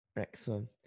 Excellent